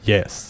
Yes